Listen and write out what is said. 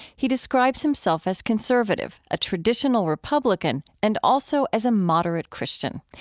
he describes himself as conservative, a traditional republican, and also as a moderate christian.